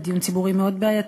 בדיון ציבורי מאוד בעייתי,